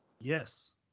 Yes